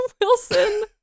Wilson